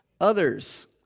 others